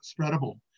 spreadable